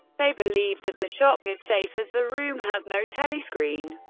they believe that the shop is safe, as the room has no telescreen.